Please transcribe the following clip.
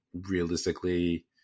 realistically